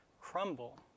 crumble